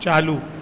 چالو